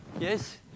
Yes